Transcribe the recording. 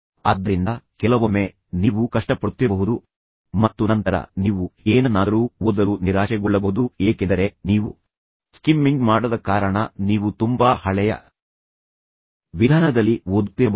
ಆದ್ದರಿಂದ ಕೆಲವೊಮ್ಮೆ ನೀವು ಕಷ್ಟಪಡುತ್ತಿರಬಹುದು ಮತ್ತು ನಂತರ ನೀವು ಏನನ್ನಾದರೂ ಓದಲು ನಿರಾಶೆಗೊಳ್ಳಬಹುದು ಏಕೆಂದರೆ ನೀವು ಸ್ಕಿಮ್ಮಿಂಗ್ ಮಾಡದ ಕಾರಣ ನೀವು ತುಂಬಾ ಹಳೆಯ ವಿಧಾನದಲ್ಲಿ ಓದುತ್ತಿರಬಹುದು